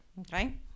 Okay